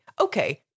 Okay